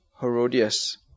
Herodias